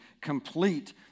complete